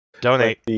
Donate